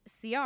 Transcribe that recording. CR